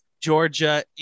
Georgia